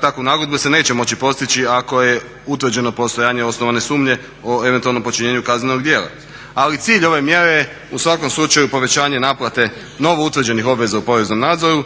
takvu nagodbu se neće moći postići ako je utvrđeno postojanje osnovane sumnje o eventualnom počinjenju kaznenog djela. Ali cilj ove mjere je u svakom slučaju povećanje naplate novoutvrđenih obveza u poreznom nadzoru,